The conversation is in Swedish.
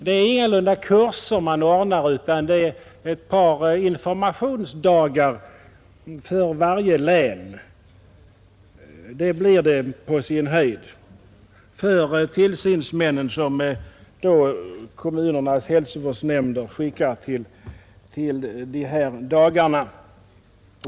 Det är ingalunda kurser man ordnar, utan det är ett par informationsdagar för varje län — det blir det på sin höjd — för tillsynsmännen, som kommunernas hälsovårdsnämnder skickar till de här dagarna.